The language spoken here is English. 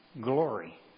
glory